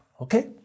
okay